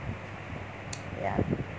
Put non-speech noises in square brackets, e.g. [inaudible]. [noise] ya